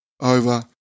over